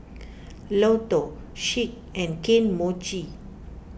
Lotto Schick and Kane Mochi